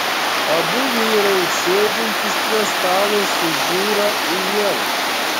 abu vyrai sėdintys prie stalo sužiūra į ievą